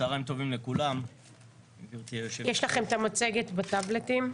יש לכם המצגת בטבלטים.